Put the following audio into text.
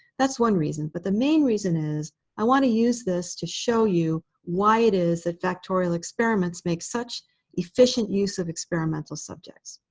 that's one reason. but the main reason is i want to use this to show you why it is that factorial experiments make such efficient use of experimental subjects.